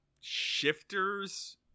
shifters